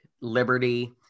Liberty